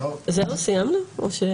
הישיבה נעולה.